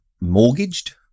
mortgaged